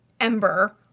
Ember